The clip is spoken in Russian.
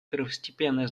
первостепенное